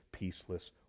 peaceless